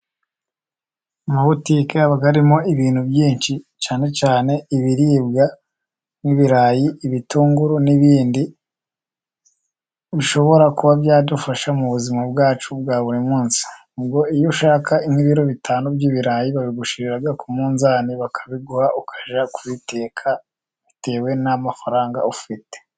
Mu butike habamo ibintu byinshi. Cyane cyane ibiribwa nk'ibirayi, ibitunguru n'ibindi bishobora kuba byadufasha mu buzima bwacu bwa buri munsi. Ubwo iyo ushaka ibiro bitanu by'ibirayi, bagushyirira ku munzani, bakabiguha ukajya kubiteka bitewe n'amafaranga ufite.